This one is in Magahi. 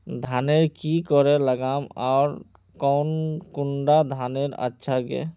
धानेर की करे लगाम ओर कौन कुंडा धानेर अच्छा गे?